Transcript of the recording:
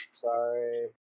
Sorry